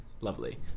lovely